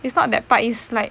it's not that part it's like